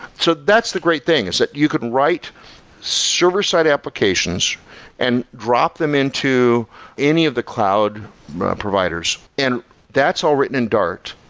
so that's the great thing, is that you can write server side applications and drop them into any of the cloud providers, and that's all written in dart.